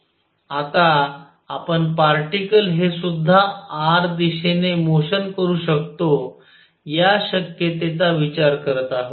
आता आपण पार्टीकल हे सुद्धा r दिशेने मोशन करू शकतो या शक्यतेचा विचार करत आहोत